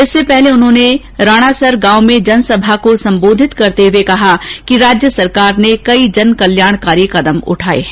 इससे पहले उन्होंने राणासर गांव में जन सभा को सबोधित करते हुए कहा कि राज्य सरकार ने कई जन कल्याणकारी कदम उठाए हैं